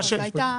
אני אבדוק את זה.